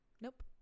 nope